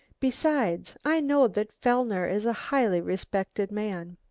besides, i know that fellner is a highly respected man.